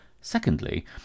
secondly